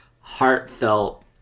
heartfelt